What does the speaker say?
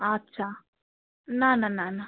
আচ্ছা না না না না